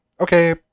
okay